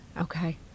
Okay